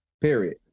Period